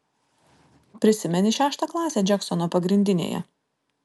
prisimeni šeštą klasę džeksono pagrindinėje